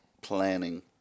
Planning